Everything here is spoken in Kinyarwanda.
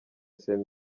saint